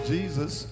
Jesus